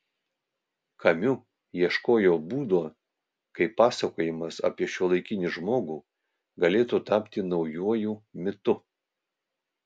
kamiu ieškojo būdo kaip pasakojimas apie šiuolaikinį žmogų galėtų tapti naujuoju mitu